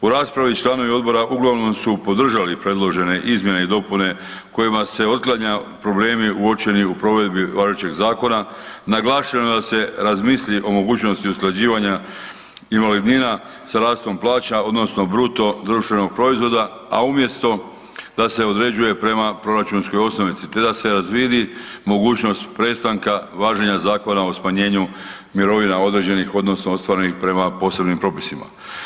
U raspravi članovi odbora uglavnom su podržali predložene izmjene i dopune kojima se otklanjaju problemi uočeni u provedbi odgovarajućeg zakona, naglašeno je da se razmisli o mogućnosti usklađivanja invalidnina sa rastom plaća odnosno BDP-a a umjesto da se određuje prema proračunskoj osnovici te da se razvidi mogućnost prestanka važenja Zakona o smanjenju mirovina određenih odnosno ostvarenih prema posebnim propisima.